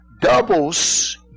doubles